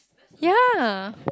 ya